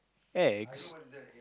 eggs